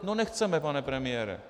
No nechceme, pane premiére.